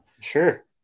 Sure